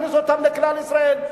מכניס אותם לכלל ישראל,